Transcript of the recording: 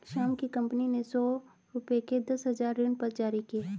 श्याम की कंपनी ने सौ रुपये के दस हजार ऋणपत्र जारी किए